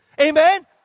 Amen